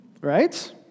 right